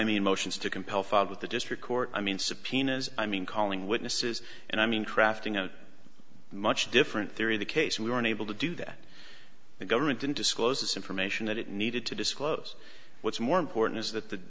mean motions to compel filed with the district court i mean subpoenas i mean calling witnesses and i mean crafting a much different theory of the case and we were unable to do that the government didn't disclose this information that it needed to disclose what's more important is that the